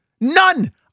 None